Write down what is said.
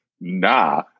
nah